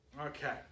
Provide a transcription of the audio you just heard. Okay